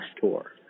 tour